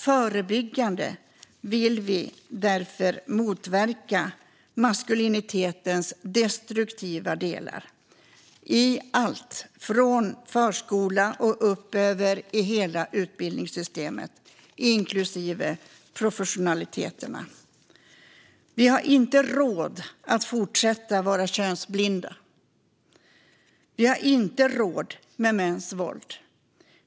Förebyggande vill vi därför motverka maskulinitetens destruktiva delar i allt, från förskolan och genom hela utbildningssystemet, inklusive professionerna. Vi har inte råd att fortsätta vara könsblinda. Vi har inte råd med mäns våld.